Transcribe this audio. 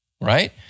right